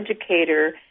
educator